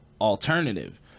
alternative